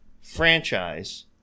franchise